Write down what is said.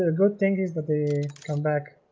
ah good thing is but they come back